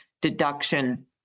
deduction